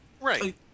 right